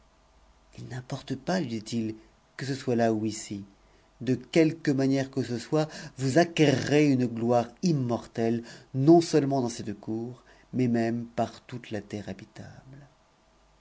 n'importe pas lui dit-il que ce soit à ou ici de quelque manière que ce soit vous acquerrez une gloire immortelle non-seulement dans cette cour mais même par toute la terre habitable